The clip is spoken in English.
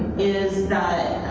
is that